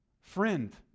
Friend